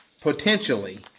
potentially